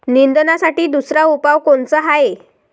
निंदनासाठी दुसरा उपाव कोनचा हाये?